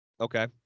Okay